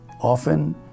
Often